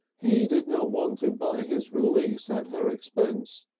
he did not want to buy his release at her expense.